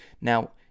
Now